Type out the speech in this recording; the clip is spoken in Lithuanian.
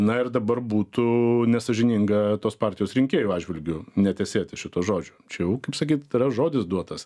na ir dabar būtų nesąžininga tos partijos rinkėjų atžvilgiu netesėti šito žodžio čia jau kaip sakyt yra žodis duotas